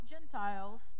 Gentiles